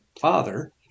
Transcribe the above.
father